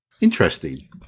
interesting